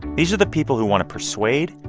these are the people who want to persuade,